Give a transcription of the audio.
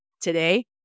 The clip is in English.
today